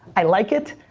i like it.